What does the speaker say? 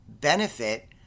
benefit